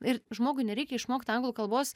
ir žmogui nereikia išmokt anglų kalbos